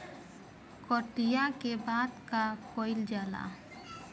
कटिया के बाद का कइल जाला?